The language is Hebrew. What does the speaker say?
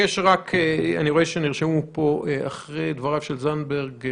רואה שנרשמו פה אחרי דבריו של זנדברג.